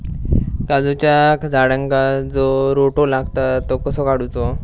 काजूच्या झाडांका जो रोटो लागता तो कसो काडुचो?